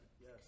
Yes